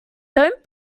don’t